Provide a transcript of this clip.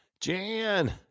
Jan